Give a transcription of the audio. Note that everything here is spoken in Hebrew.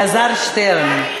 אלעזר שטרן.